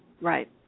Right